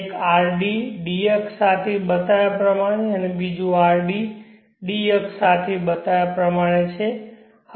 એક rd d અક્ષ સાથે બતાવ્યા પ્રમાણે અને બીજું rq d અક્ષ સાથે બતાવ્યા પ્રમાણે છે